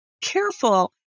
careful